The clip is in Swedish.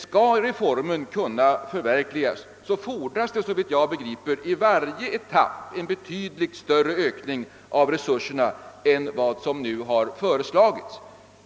Skall reformen kunna förverkligas fordras, såvitt jag förstår, i varje etapp en betydligt större ökning av resurserna än vad som nu föreslagits.